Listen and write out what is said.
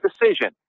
decision